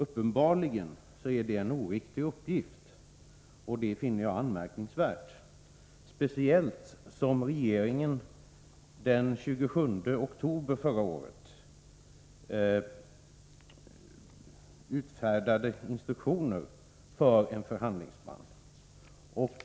Uppenbarligen är det en oriktig uppgift, och det finner jag anmärkningsvärt — speciellt som regeringen den 27 oktober förra året utfärdade instruktioner för en förhandlingsman.